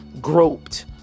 groped